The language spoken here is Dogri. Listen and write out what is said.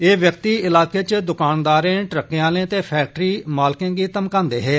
ए व्यक्ति इलाके च दुकानदारें ट्रकें आलें ते फैक्टरी मालकें गी धमकांदे हे